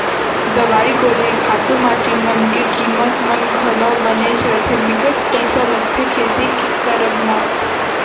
दवई गोली खातू माटी मन के कीमत मन घलौ बनेच रथें बिकट पइसा लगथे खेती के करब म